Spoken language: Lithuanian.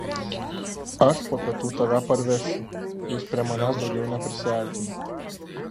aš po pietų tave parvežčiau jis prie manęs daugiau neprisiartino